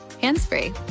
hands-free